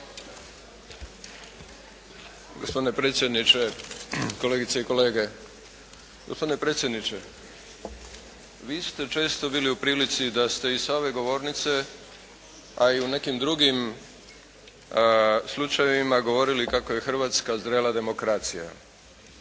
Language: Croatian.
(SDSS)** Gospodine predsjedniče, kolegice i kolege. Gospodine predsjedniče, vi ste često bili u prilici da ste i sa ove govornice a i u nekim drugim slučajevima govorili kako je Hrvatska zrela demokracija.